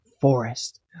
forest